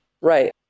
Right